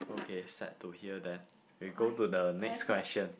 okay sad to hear that we go to the next quesiton